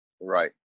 Right